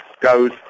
goes